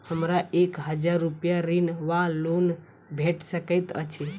हमरा एक हजार रूपया ऋण वा लोन भेट सकैत अछि?